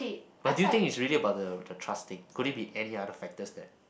but do you think is really about the the drastic could it be any other factors that